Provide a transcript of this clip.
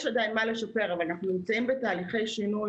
יש עדיין מה לשפר אבל אנחנו נמצאים בתהליכי שינוי